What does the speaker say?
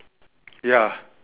ya